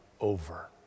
over